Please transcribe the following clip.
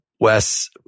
Wes